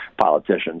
politicians